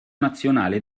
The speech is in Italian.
nazionale